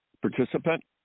participant